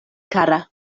kara